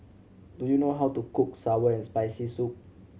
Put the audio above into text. do you know how to cook sour and Spicy Soup